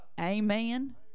amen